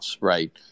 right